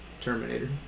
Terminator